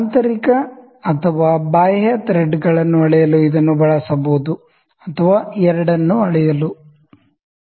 ಆಂತರಿಕ ಅಥವಾ ಬಾಹ್ಯ ಥ್ರೆಡ್ಗಳನ್ನು ಅಳೆಯಲು ಇದನ್ನು ಬಳಸಬಹುದು ಅಥವಾ ಎರಡನ್ನೂ ಅಳೆಯಲು ಬಳಸಬಹುದು